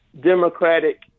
Democratic